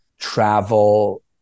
travel